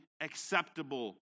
acceptable